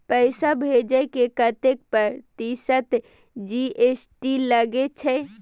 पैसा भेजै में कतेक प्रतिसत जी.एस.टी लगे छै?